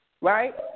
Right